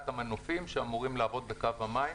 את המנופים שאמורים לעבוד בקו המים.